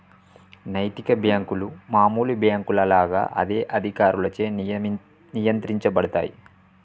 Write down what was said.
నైతిక బ్యేంకులు మామూలు బ్యేంకుల లాగా అదే అధికారులచే నియంత్రించబడతయ్